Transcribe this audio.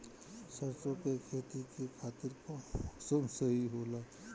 सरसो के खेती के खातिर कवन मौसम सही होला?